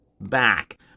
back